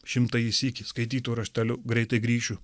šimtąjį sykį skaitytų rašteliu greitai grįšiu